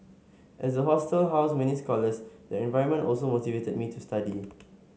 as the hostel housed many scholars the environment also motivated me to study